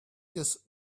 this